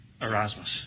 Erasmus